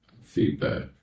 feedback